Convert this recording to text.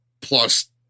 plus